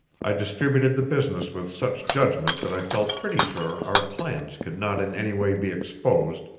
i distributed the business with such judgment that i felt pretty sure our plans could not in any way be exposed,